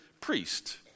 priest